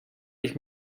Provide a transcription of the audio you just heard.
ich